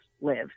live